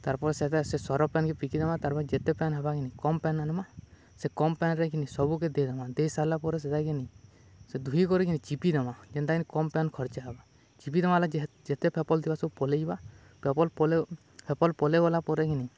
ତାପରେ ସେଟା ସେ ସରଫ୍ ପେନ୍କେ ଫିକିଦେମା ତାର୍ ପରେ ଯେତେ ପାଏନ୍ ହେବାକିନି କମ୍ ପେନ୍ ଆନ୍ମା ସେ କମ୍ ପେନ୍ରେ କିିନି ସବୁକେ ଦେଇଦେମା ଦେଇ ସାର୍ଲା ପରେ ସେଟାକିନି ସେ ଧୁଇ କରିକିନି ଚିପି ଦେମା ଯେନ୍ତାକିନି କମ୍ ପେନ୍ ଖର୍ଚ୍ଚ ହେବା ଚିପି ଦେମା ହେଲା ଯେତେ ଫେପଲ୍ ସେବୁ ପଲେଇଯିବା ଫେପଲ୍ ପଲେଇ ଫେପଲ୍ ପଲେଇ ଗଲାପରେ କିିନି